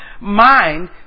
Mind